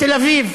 בתל-אביב.